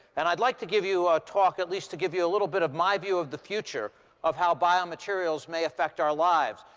and i'd like to give you a talk at least to give you a little bit of my view of the future of how biomaterials may affect our lives.